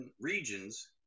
regions